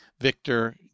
Victor